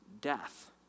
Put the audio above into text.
death